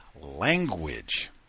language